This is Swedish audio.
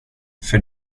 för